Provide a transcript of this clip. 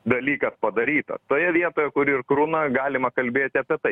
dalykas padaryta toje vietoje kur ir kruna galima kalbėti apie tai